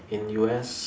in U_S